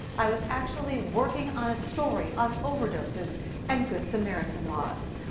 i was actually working on a story on overdoses and good samaritan laws.